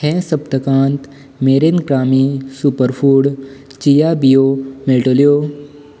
हे सप्तकांत मेरेन ग्रामी सुपर फूड चिया बियो मेळटल्यो